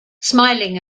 smiling